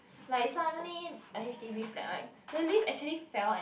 like suddenly a h_d_b flat like the lift actually fell and